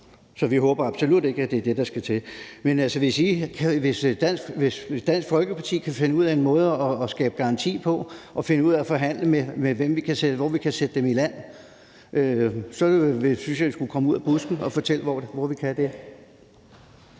formål er at skabe fred i området. Men hvis Dansk Folkeparti kan finde en måde at skaffe en garanti på og finde ud af, hvem vi kan forhandle med om, hvor vi kan sætte dem i land, så synes jeg, I skulle komme ud af busken og fortælle, hvordan vi kan gøre